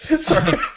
Sorry